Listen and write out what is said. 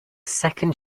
second